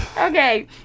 Okay